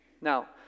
Now